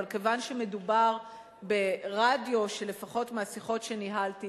אבל מכיוון שמדובר ברדיו שלפחות מהשיחות שניהלתי